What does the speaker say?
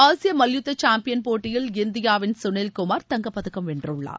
ஆசியமல்யுத்தசாம்பியன் போட்டியில் இந்தியாவின் சுனில் குமார் தங்கப்பதக்கம் வென்றுள்ளார்